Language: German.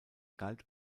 galt